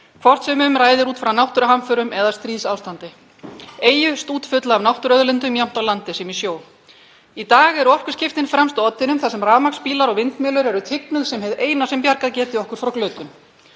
hvort sem um ræðir út frá náttúruhamförum eða stríðsástandi; eyju stútfullri af náttúruauðlindum jafnt á landi sem í sjó. Í dag eru orkuskiptin fremst á oddinum þar sem rafmagnsbílar og vindmyllur eru tignuð sem hið eina sem bjargað geti okkur frá glötun.